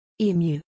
Emu